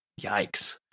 Yikes